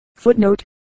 Footnote